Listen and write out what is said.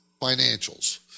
financials